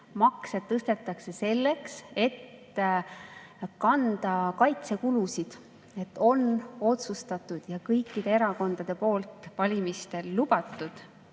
makse tõstetakse selleks, et kanda kaitsekulusid. On otsustatud ja kõikide erakondade poolt valimistel lubatud,